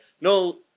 no